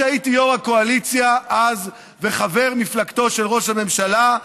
שהייתי יו"ר הקואליציה אז וחבר מפלגתו של ראש הממשלה,